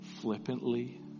flippantly